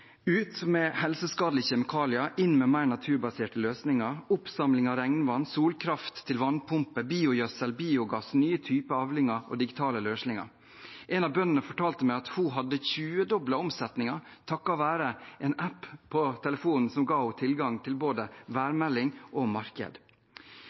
regnvann, solkraft til vannpumper, biogjødsel, biogass, nye typer avlinger og digitale løsninger. En av bøndene fortalte meg at hun hadde tjuedoblet omsetningen takket være en app på telefonen som ga henne tilgang til både